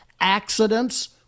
accidents